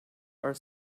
are